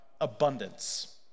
abundance